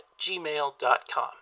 gmail.com